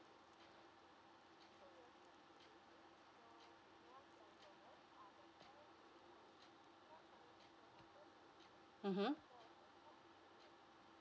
mmhmm